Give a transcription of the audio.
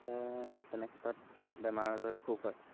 তেনে ক্ষেত্ৰত বেমাৰ আজাৰো খুব হয়